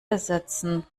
ersetzen